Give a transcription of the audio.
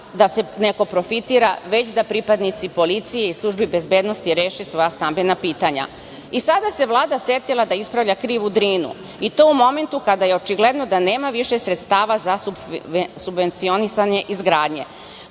da neko profitira, već da pripadnici policije i službi bezbednosti reše svoja stambena pitanja? I, sada se Vlada setila da ispravlja krivu Drinu i to u momentu kada je očigledno da nema više sredstava za subvencionisanje izgradnje. Problem